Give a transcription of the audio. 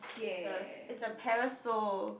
it's a it's a parasol